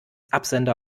absender